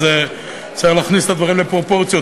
אז צריך להכניס את הדברים לפרופורציות.